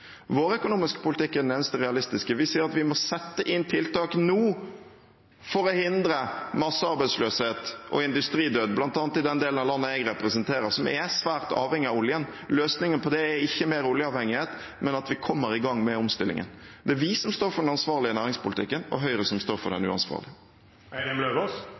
Vår økonomiske politikk er den eneste realistiske. Vi sier at vi må sette inn tiltak nå for å hindre massearbeidsledighet og industridød, bl.a. i den delen av landet jeg representerer, som er svært avhengig av oljen. Løsningen på det er ikke mer oljeavhengighet, men at vi kommer i gang med omstillingen. Det er vi som står for den ansvarlige næringspolitikken, og Høyre som står for den